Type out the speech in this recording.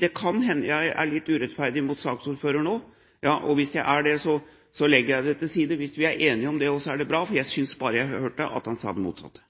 Det kan hende jeg er litt urettferdig mot saksordføreren nå, og hvis jeg er det, legger jeg det til side. Hvis vi er enige om det, er det bra, men jeg syntes jeg hørte at han sa det motsatte.